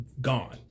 gone